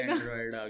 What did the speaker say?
Android